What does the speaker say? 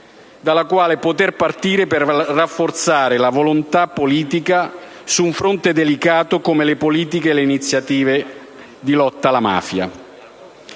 dalla quale poter partire per rafforzare la volontà politica su un fronte delicato come quello delle politiche e delle iniziative di lotta alla mafia.